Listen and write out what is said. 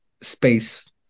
space